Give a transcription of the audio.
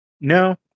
No